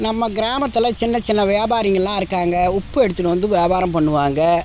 நம்ம கிராமத்தில் சின்னச் சின்ன வியாபாரிங்களெல்லாம் இருக்காங்க உப்பு எடுத்துன்னு வந்து வியாபாரம் பண்ணுவாங்க